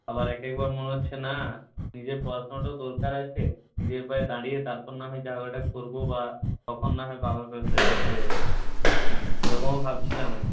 আবার এক একবার মনে হচ্ছে না নিজের পড়াশোনাটাও দরকার আছে নিজের পায়ে দাঁড়িয়ে তারপর না হয় যা হোক একটা করব বা তখন নাহয় বাবার ব্যবসায় বসা যাবে সেরকমও ভাবছিলাম আর কি